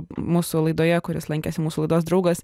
mūsų laidoje kuris lankėsi mūsų laidos draugas